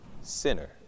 sinner